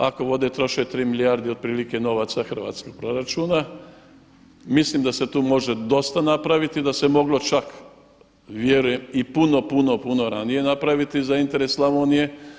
Ako Vode troše 3 milijarde otprilike novaca hrvatskog proračuna mislim da se tu može dosta napraviti, da se moglo čak vjerujem i puno, puno, puno ranije napraviti za interes Slavonije.